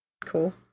Cool